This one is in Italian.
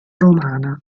romana